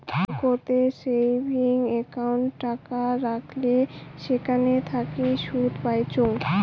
ব্যাংকোতের savings account টাকা রাখলে সেখান থাকি সুদ পাইচুঙ